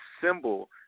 symbol